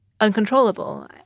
uncontrollable